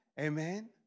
Amen